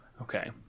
Okay